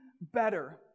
better